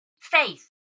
faith